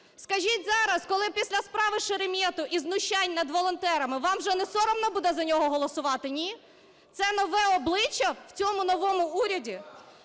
Скажіть зараз, коли після справи Шеремета і знущань над волонтерами, вам вже несоромно буде голосувати, ні? Це нове обличчя в цьому новому уряді?